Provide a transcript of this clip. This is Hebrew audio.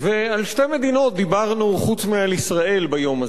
על שתי מדינות דיברנו, חוץ מעל ישראל, ביום הזה: